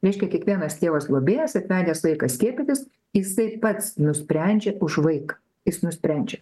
reiškia kiekvienas tėvas globėjas atvedęs vaiką skiepytis jisai pats nusprendžia už vaiką jis nusprendžia